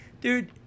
dude